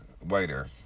waiter